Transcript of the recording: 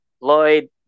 Lloyd